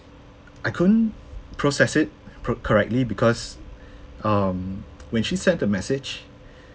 I couldn't process it po~ correctly because um when she sent the message